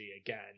again